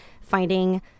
finding